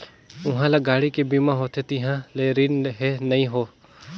उहां ल गाड़ी के बीमा होथे तिहां ले रिन हें नई हों